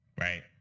Right